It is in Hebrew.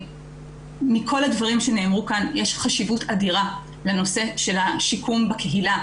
מכל הדברים שנאמרו כאן יש חשיבות אדירה לנושא של השיקום בקהילה,